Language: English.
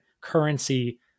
currency